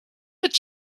but